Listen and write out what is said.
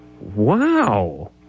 Wow